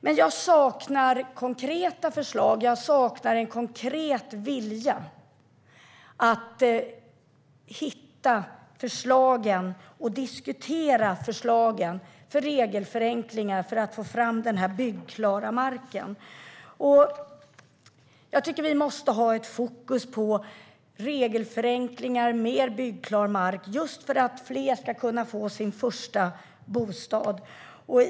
Men jag saknar konkreta förslag, och jag saknar en konkret vilja att hitta förslagen till regelförenklingar och att diskutera dem för att man ska få fram denna byggklara mark. Jag tycker att vi måste ha ett fokus på regelförenklingar och mer byggklar mark just för att fler ska kunna få sin första bostad.